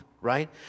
right